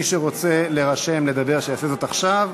מי שרוצה להירשם לדבר, יעשה זאת עכשיו.